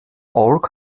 orc